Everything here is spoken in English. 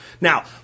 Now